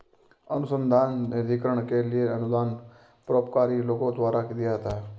अनुसंधान निधिकरण के लिए अनुदान परोपकारी लोगों द्वारा दिया जाता है